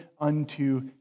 unto